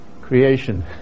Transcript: creation